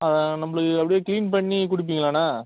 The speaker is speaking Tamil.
ஆ நம்பளுக்கு அப்படியே க்ளீன் பண்ணி கொடுப்பீங்களாண்ணா